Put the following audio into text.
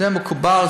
זה מקובל,